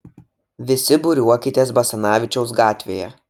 visi būriuokitės basanavičiaus gatvėje